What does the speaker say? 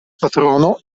patrono